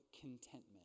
contentment